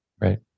Right